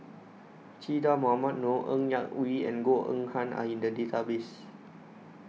Che Dah Mohamed Noor Ng Yak Whee and Goh Eng Han Are in The Database